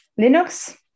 Linux